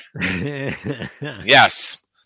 yes